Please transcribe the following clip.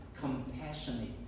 Compassionate